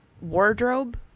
wardrobe